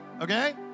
Okay